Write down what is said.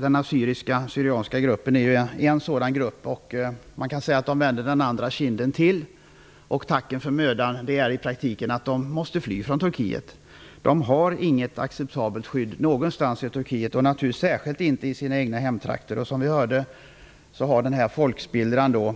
Den assyrisksyrianska gruppen är en sådan grupp som så att säga vänder den andra kinden till. Tacken för mödan är i praktiken att dessa människor måste fly från Turkiet. De har inget acceptabelt skydd någonstans i Turkiet och särskilt inte i sina egna hemtrakter. Som vi hörde har denna folkspillra nu